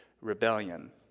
rebellion